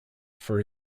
for